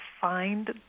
find